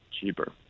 cheaper